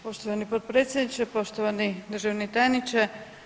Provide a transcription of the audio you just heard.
Poštovani potpredsjedniče, poštovani državni tajniče.